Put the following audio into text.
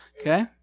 okay